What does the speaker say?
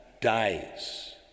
dies